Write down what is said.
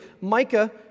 Micah